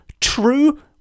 true